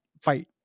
fight